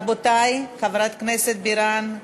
רבותי, חברת הכנסת בירן,